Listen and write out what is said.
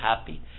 happy